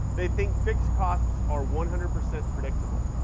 they think fixed costs are one hundred percent predictable.